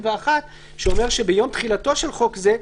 שאומר שביום תחילתו של חוק זה,